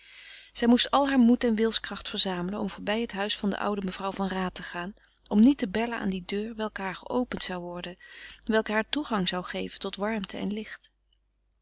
zij moest al haar moed en wilskracht verzamelen om voorbij het huis van de oude mevrouw van raat te gaan om niet te bellen aan die deur welke haar geopend zou worden welke haar toegang zou geven tot warmte en licht